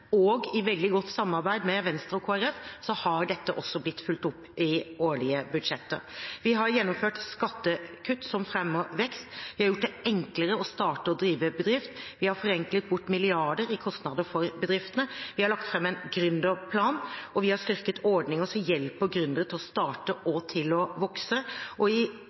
og i veldig godt samarbeid med Venstre og Kristelig Folkeparti har dette også blitt fulgt opp i årlige budsjetter. Vi har gjennomført skattekutt som fremmer vekst, vi har gjort det enklere å starte og drive bedrift, vi har forenklet bort milliarder i kostnader for bedriftene, vi har lagt fram en gründerplan, og vi har styrket ordninger som hjelper gründere til å starte og til å vokse. I